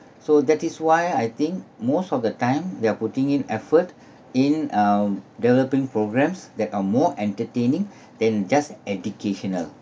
so that is why I think most of the time they're putting in effort in um developing programmes that are more entertaining than just educational